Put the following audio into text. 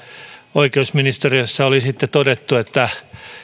oikeusministeriössä oli sitten todettu että